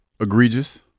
egregious